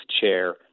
chair